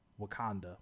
Wakanda